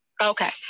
Okay